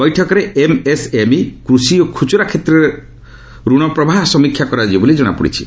ବୈଠକରେ ଏମ୍ଏସ୍ଏମ୍ଇ କୃଷି ଓ ଖୁଚୁରା କ୍ଷେତ୍ରରେ ଋଣ ପବାହ ସମୀକ୍ଷା କରାଯିବ ବୋଲି କ୍ରଣାପଡ଼ିଛି